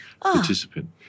participant